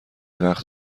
وقت